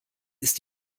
ist